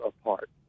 apart